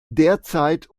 derzeit